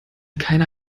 keiner